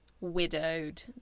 widowed